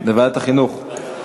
ועדת החינוך.